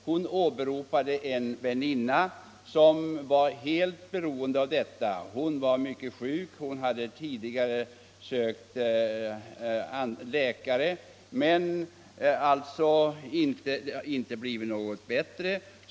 Hon åberopade en väninna som var helt beroende av detta preparat. Denna väninna var mycket sjuk. Hon hade tidigare sökt läkare men inte blivit bättre.